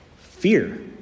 Fear